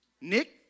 Nick